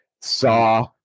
saw